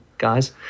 guys